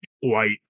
white